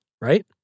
right